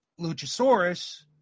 Luchasaurus –